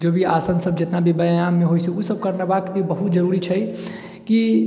जो भी आसन सब जेतना भी व्यायाम होइ छै ओ सब करबाके बहुत जरुरी छै कि